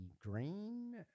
Green